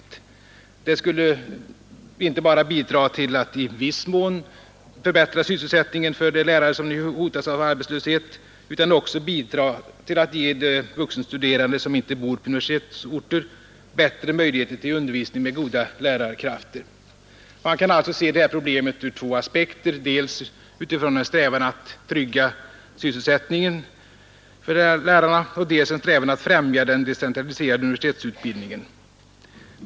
Mitt förslag skulle inte bara bidra till att i viss mån förbättra sysselsättningen för de lärare som nu hotas av arbetslöshet utan också bidra till att ge de vuxenstuderande som inte bor på universitetsorter bättre möjligheter till undervisning med goda lärarkrafter. Man kan alltså se detta problem ur två aspekter: dels utifrån en strävan att trygga sysselsättningen för lärarna, dels utifrån en strävan att främja den decentraliserade universitetsutbildningen.